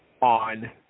on